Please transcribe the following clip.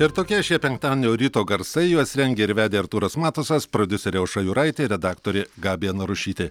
ir tokie šie penktadienio ryto garsai juos rengė ir vedė artūras matusas prodiuserė aušra juraitė redaktorė gabija narušytė